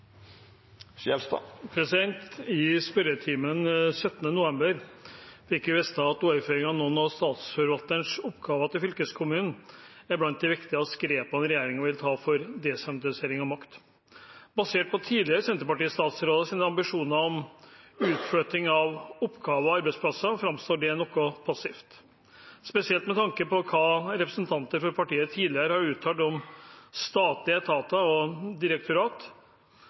spørretimen 17. november fikk vi vite at overføring av noen av statsforvalterens oppgaver til fylkeskommunen er blant de viktigste grepene regjeringen vil å ta for å desentralisere makt. Basert på tidligere Senterparti-statsråders ambisjoner om utflytting av oppgaver og arbeidsplasser fremstår det noe passivt, spesielt med tanke på hva representanter for partiet tidligere har uttalt om statlige etater og